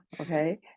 Okay